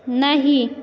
नही